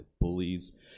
bullies